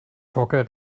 jogger